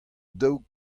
dav